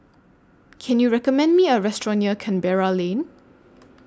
Can YOU recommend Me A Restaurant near Canberra Lane